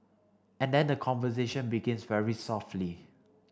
and then the conversation begins very softly